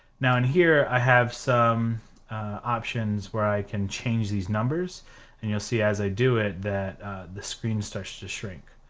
now in here i have some options where i can change these numbers and you'll see as i do it that the screen starts to shrink.